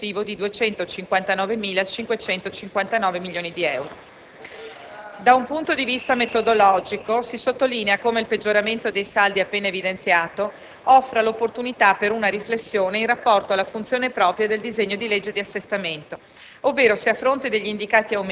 collocandosi sul livello complessivo di 259.559 milioni di euro. Da un punto di vista metodologico, si sottolinea come il peggioramento dei saldi appena evidenziato offra l'opportunità per una riflessione in rapporto alla funzione propria del disegno di legge di assestamento,